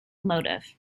motive